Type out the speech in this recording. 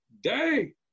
day